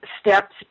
steps